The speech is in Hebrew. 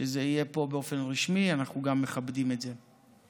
שזה יהיה פה באופן רשמי, אנחנו מכבדים גם את זה.